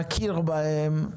נכיר בהן,